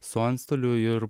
su antstoliu ir